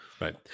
right